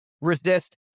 resist